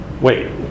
Wait